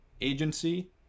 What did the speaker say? agency